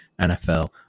NFL